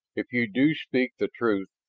if you do speak the truth,